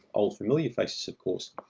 old familiar faces, of course.